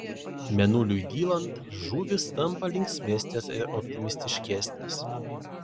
mėnuliui dylant žuvys tampa linksmesnės ir optimistiškesnės